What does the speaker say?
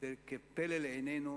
וכפלא בעינינו